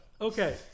Okay